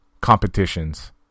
competitions